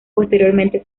posteriormente